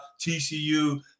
TCU